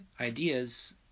ideas